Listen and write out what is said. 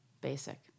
basic